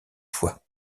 fois